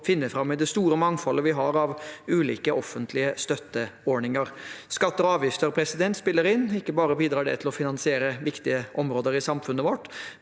å finne fram i det store mangfoldet vi har av ulike offentlige støtteordninger. Skatter og avgifter spiller inn. Ikke bare bidrar det til å finansiere viktige områder i samfunnet vårt,